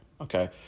Okay